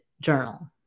journal